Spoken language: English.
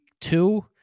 two